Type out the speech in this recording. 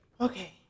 Okay